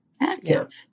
active